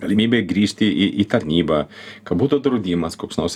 galimybė grįžti į į tarnybą ka būtų draudimas koks nors